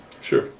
Sure